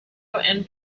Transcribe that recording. and